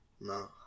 No